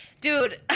dude